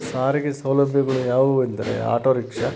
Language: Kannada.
ಸೌಲಭ್ಯಗಳು ಯಾವುವು ಎಂದರೆ ಆಟೋ ರಿಕ್ಷಾ